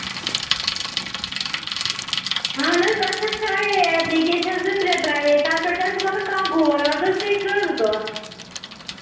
اَہن حظ اَسہِ حظ ترٛاوے ایپلِکیشَن زٕ ترٛےٚ ترٛاوے تَنہٕ پٮ۪ٹھ حظ گوٚو نہٕ کانٛہہ غورا اَز حظ گٔے کٔژ دۄہ